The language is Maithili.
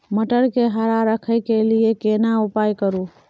मटर के हरा रखय के लिए केना उपाय करू?